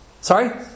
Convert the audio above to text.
Sorry